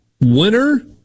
Winner